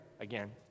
again